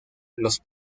los